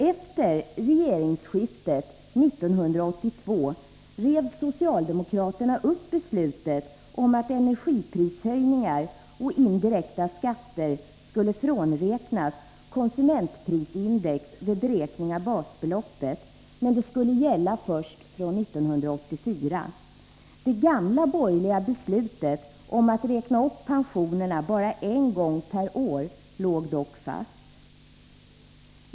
Efter regeringsskiftet 1982 rev socialdemokraterna upp beslutet om att energiprishöjningar och indirekta skatter skulle frånräknas konsumentprisindex vid beräkning av basbeloppet, men det skulle gälla först från 1984. Det gamla borgerliga beslutet om att räkna upp pensionerna bara en gång per år låg dock fast.